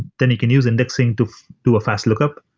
then you can use indexing to do a fast lookup.